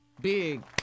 Big